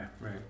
Right